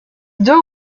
deux